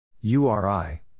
uri